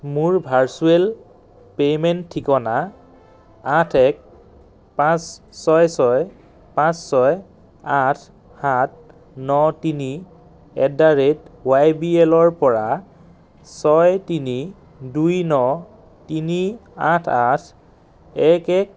মোৰ virtual payment ঠিকনা আঠ এক পাঁচ ছয় ছয় পাঁচ ছয় আঠ সাত ন তিনি at the rate Y B L ৰ পৰা ছয় তিনি দুই ন তিনি আঠ আঠ এক এক